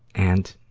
and,